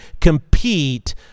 compete